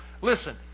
Listen